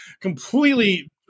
completely